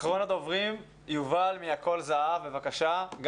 אחרון הדוברים יובל מהקול זהב, בבקשה.